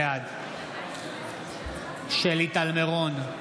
בעד שלי טל מירון,